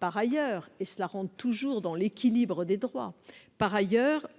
Par ailleurs- cela entre toujours dans l'équilibre des droits -,